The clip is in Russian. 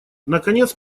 наконец